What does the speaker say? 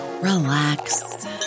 relax